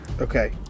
Okay